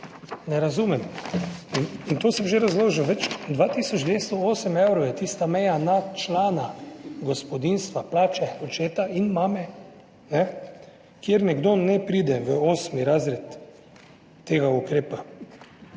Ne razumem. To sem že razložil. 2 tisoč 208 evrov je tista meja na člana gospodinjstva, plače očeta in mame, kjer nekdo ne pride v osmi razred in ni